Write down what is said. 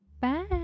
Bye